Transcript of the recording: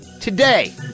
today